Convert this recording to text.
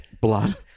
Blood